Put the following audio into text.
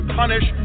punish